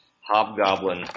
Hobgoblin